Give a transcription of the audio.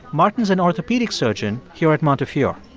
martin's an orthopaedic surgeon here at montefiore.